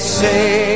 say